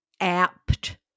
apt